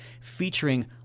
featuring